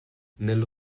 nello